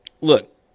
Look